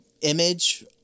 image